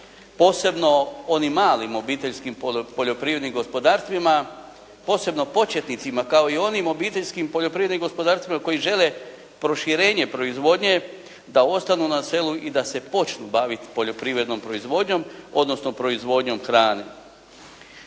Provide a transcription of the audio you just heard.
posebno onim malim obiteljskim poljoprivrednim gospodarstvima, posebno početnicima kao i onim obiteljskim poljoprivrednim gospodarstvima koji žele proširenje proizvodnje da ostanu na selu i da se počnu baviti poljoprivrednom proizvodnjom, odnosno proizvodnjom hrane.